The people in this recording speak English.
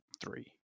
three